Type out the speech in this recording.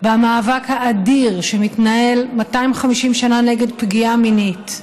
במאבק האדיר שמתנהל 250 שנה נגד פגיעה מינית.